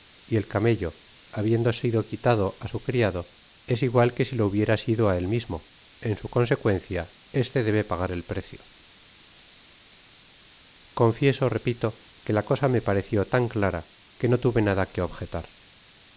y el camello habiendo sido quitado á su criado es igual que si lo hubiera sido á él mismo en su consecuencia este debe pagar el precio confieso repito que la cosa me parecio tan clara que no tuve nada que objetar